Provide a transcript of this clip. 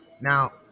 Now